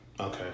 okay